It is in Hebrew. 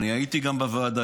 אני הייתי בוועדה,